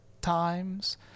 times